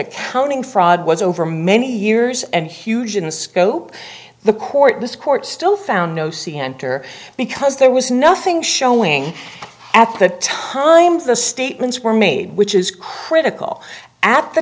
accounting fraud was over many years and huge in scope the court this court still found no see enter because there was nothing showing at the time of the statements were made which is critical at the